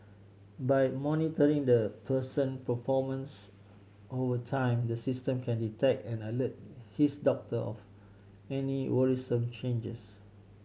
by monitoring the person performance over time the system can detect and alert his doctor of any worrisome changes